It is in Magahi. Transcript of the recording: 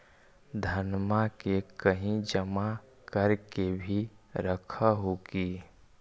धनमा के कहिं जमा कर के भी रख हू की?